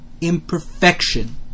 imperfection